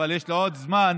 אבל יש לי עוד זמן,